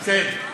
כן.